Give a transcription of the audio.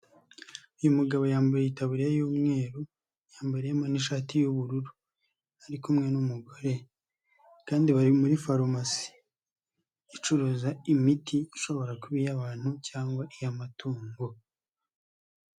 Uyu mugabo yambaye itaburiya y'umweru, yambayemo n'ishati y'ubururu, ari kumwe n'umugore kandi bari muri farumasi. Icuruza imiti ishobora kuba iy'abantu cyangwa iy'amatungo.